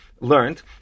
Learned